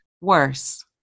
worse